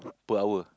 two hour